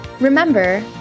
Remember